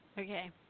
Okay